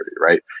Right